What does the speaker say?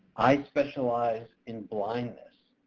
i specialize in blindness.